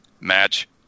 match